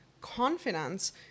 confidence